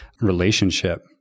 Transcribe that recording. relationship